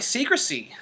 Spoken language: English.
Secrecy